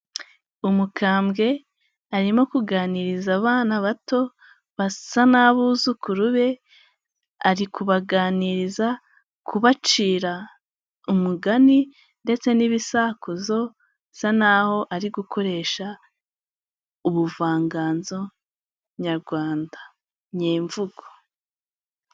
Umukambwe arimo kuganiriza abana bato basa n'abuzukuru be, ari kubaganiriza kubacira umugani ndetse n'ibisakuzo. Bisa n'aho ari gukoresha ubuvanganzo nyarwanda nyemvugo.